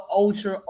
ultra